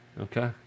Okay